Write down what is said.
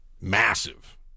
Massive